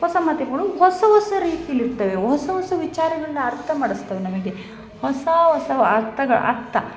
ಹೊಸ ಮಾಧ್ಯಮಗಳು ಹೊಸ ಹೊಸ ರೀತೀಲಿ ಇರ್ತವೆ ಹೊಸ ಹೊಸ ವಿಚಾರಗಳನ್ನು ಅರ್ಥ ಮಾಡಿಸ್ತಾವೆ ನಮಗೆ ಹೊಸ ಹೊಸ ಅರ್ಥಗಳ್ ಅರ್ಥ